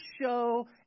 show